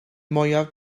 mwyaf